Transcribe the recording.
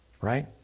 right